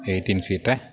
eighteen സീറ്റേ